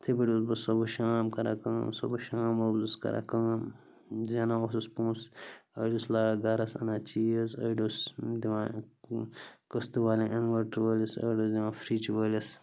یِتھَے پٲٹھۍ اوسُس بہٕ صُبُح شام کران کٲم صُبُح شام اوسُس بہٕ کران کٲم زینان اوسُس پونٛسہ أڑۍ اوسُس لاگان گَرَس اَنان چیٖز أڑۍ اوسُس دِوان قٕسطٕ والٮ۪ن اِنوٲٹَر وٲلِس أڑۍ اوسُس دِوان فِرٛچ وٲلِس